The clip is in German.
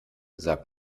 sag